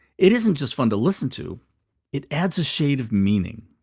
it isn't just fun to listen to it adds a shade of meaning.